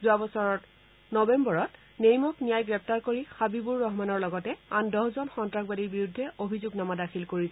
যোৱাবছৰৰ নৱেম্বৰত নেইমক নিয়াই গ্ৰেপ্তাৰ কৰি হাবিবুৰ ৰহমানৰ লগতে আন দহজন সন্ত্ৰাসবাদীৰ বিৰুদ্ধে অভিযোগনামা দাখিল কৰিছিল